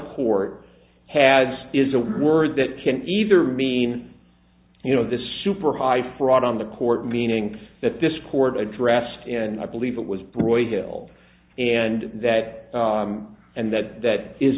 court has is a word that can either mean you know the super high fraud on the court meaning that this court addressed and i believe it was broyhill and that and that that is